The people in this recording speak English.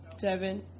Devin